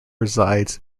resides